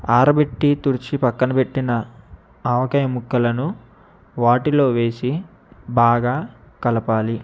ఆరబెట్టి తుడిచి ప్రక్కన పెట్టిన ఆవకాయ ముక్కలను వాటిలో వేసి బాగా కలపాలి